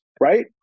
right